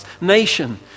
nation